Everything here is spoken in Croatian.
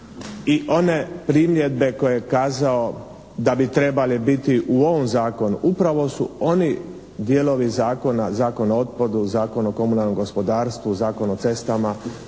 i one primjedbe koje je kazao da bi trebale biti u ovom zakonu upravo su oni dijelovi zakona, Zakon o otpadu, Zakon o komunalnom gospodarstvu, Zakon o cestama,